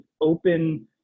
open